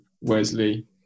Wesley